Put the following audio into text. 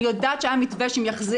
אני יודעת שהיה מתווה שאומר,